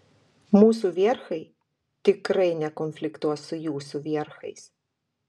mūsų vierchai tikrai nekonfliktuos su jūsų vierchais